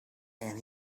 and